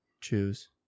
choose